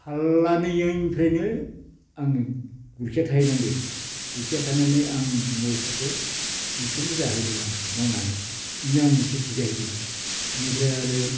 फाल्लानैनिफ्रायनो आङो गुरखिया थाहैनांदों गुरखिया थानानै आं बिमा बिफाखौ बेखौनो जाहोदों आं मावनानै बेयो आंनि खेति जाहैदों बेनिफ्राय आरो